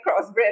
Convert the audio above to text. crossbred